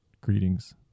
greetings